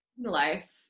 life